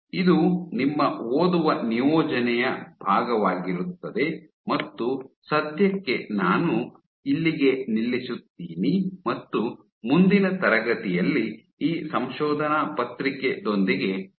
ಇದು ನಿಮ್ಮ ಓದುವ ನಿಯೋಜನೆಯ ಭಾಗವಾಗಿರುತ್ತದೆ ಮತ್ತು ಸದ್ಯಕ್ಕೆ ನಾನು ಇಲ್ಲಿಗೆ ನಿಲ್ಲಿಸುತ್ತೀನಿ ಮತ್ತು ಮುಂದಿನ ತರಗತಿಯಲ್ಲಿ ಈ ಸಂಶೋಧನಾ ಪತ್ರಿಕೆದೊಂದಿಗೆ ಪ್ರಾರಂಭಿಸುತ್ತೇನೆ